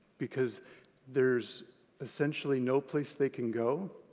because there's essentially no place they can go,